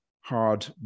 hard